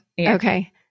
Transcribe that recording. okay